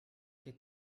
che